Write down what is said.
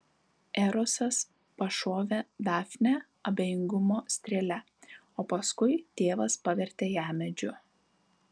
erosas pašovė dafnę abejingumo strėle o paskui tėvas pavertė ją medžiu